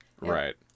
Right